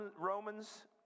Romans